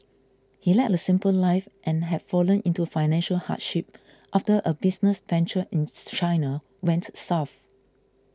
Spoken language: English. he led a simple life and have fallen into financial hardship after a business venture in China went south